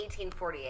1848